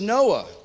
Noah